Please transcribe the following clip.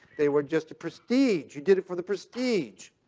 they were just a prestige. you did it for the prestige.